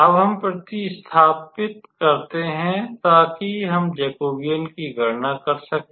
अब हम प्र्तिस्थापित करते हैं ताकि हम जेकोबियन की गणना कर सकें